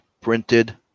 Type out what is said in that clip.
printed